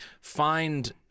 find